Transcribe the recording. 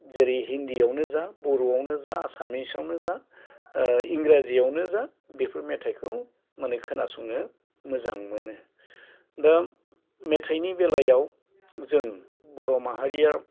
जेरै हिन्दीआवनो जा बर'आवनो जा आसामिसावनो जा इंराजियावनो जा बेफोर मेथाइखौ माने खोनासंनो मोजां मोनो दा मेथाइनि बेलायाव जों बर' माहारिया